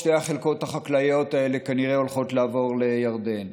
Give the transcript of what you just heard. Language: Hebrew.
שתי החלקות האלה כנראה הולכות לעבור לירדן.